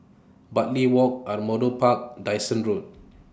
Bartley Walk Ardmore Park Dyson Road